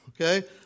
Okay